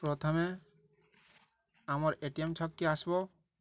ପ୍ରଥମେ ଆମର୍ A T M ଛକ୍କେ ଆସିବ